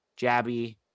Jabby